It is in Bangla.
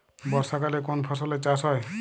বর্ষাকালে কোন ফসলের চাষ হয়?